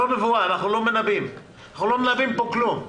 אנחנו לא מנבאים פה כלום.